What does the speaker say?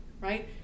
right